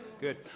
Good